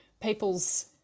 people's